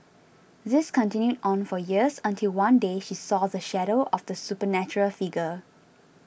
this continued on for years until one day she saw the shadow of the supernatural figure